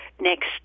next